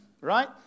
right